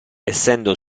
essendo